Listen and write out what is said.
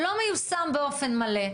לא מיושם באופן מלא,